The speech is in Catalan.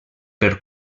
per